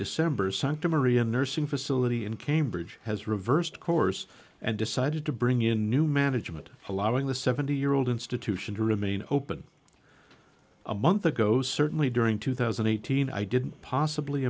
december santa maria nursing facility in cambridge has reversed course and decided to bring in new management allowing the seventy year old institution to remain open a month ago certainly during two one thousand and eighteen dollars i didn't possibly